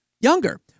younger